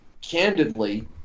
candidly